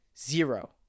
zero